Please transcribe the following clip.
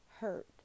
hurt